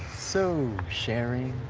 so sharing.